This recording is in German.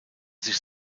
sich